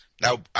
Now